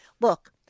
look